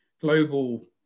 global